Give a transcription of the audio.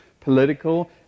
political